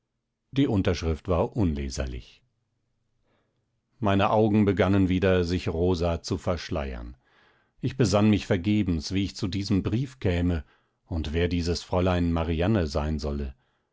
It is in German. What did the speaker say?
die unterschrift war unleserlich meine augen begannen wieder sich rosa zu verschleiern ich besann mich vergebens wie ich zu diesem brief käme und wer dieses fräulein marianne sein solle